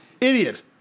Idiot